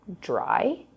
dry